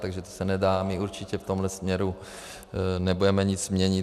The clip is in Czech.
Takže to se nedá, my určitě v tomhle směru nebudeme nic měnit.